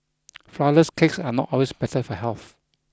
flourless cakes are not always better for health